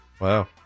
wow